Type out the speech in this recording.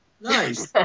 Nice